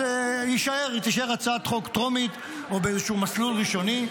אז היא תישאר הצעת חוק טרומית או באיזשהו מסלול ראשוני,